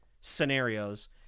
scenarios